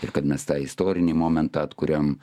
ir kad mes tą istorinį momentą atkuriam